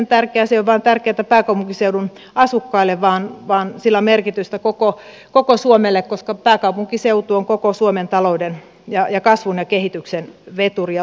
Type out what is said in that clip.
se ei ole vain tärkeätä pääkaupunkiseudun asukkaille vaan sillä on merkitystä koko suomelle koska pääkaupunkiseutu on koko suomen talouden ja kasvun ja kehityksen veturi ja luovuuden lähde